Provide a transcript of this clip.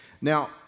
Now